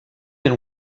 and